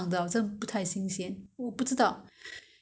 but I find the N_T_U_C [one] not very fresh